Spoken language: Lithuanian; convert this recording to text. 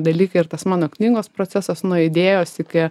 dalykai ir tas mano knygos procesas nuo idėjos iki